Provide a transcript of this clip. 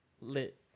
lit